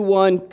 one